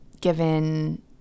given